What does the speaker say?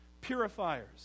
Purifiers